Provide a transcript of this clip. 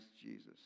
Jesus